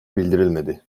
bildirilmedi